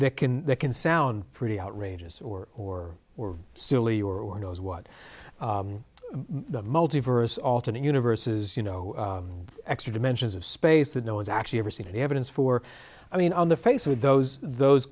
they can they can sound pretty outrageous or or or silly or knows what multiverse alternate universes you know extra dimensions of space that no one's actually ever seen any evidence for i mean on the face of those those